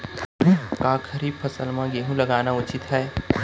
का खरीफ फसल म गेहूँ लगाना उचित है?